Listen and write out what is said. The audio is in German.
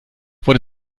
wurde